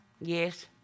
Yes